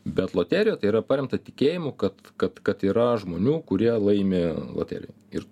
bet loterija tai yra paremta tikėjimu kad kad kad yra žmonių kurie laimi loterijoj ir